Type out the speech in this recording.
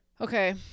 Okay